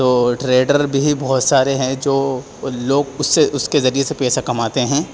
تو ٹریڈر بھی بہت سارے ہیں جو لوگ اس سے اس کے ذریعے سے پیسہ کماتے ہیں